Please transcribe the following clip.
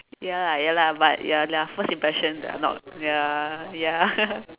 ya lah ya lah their first impression are not ya ya ya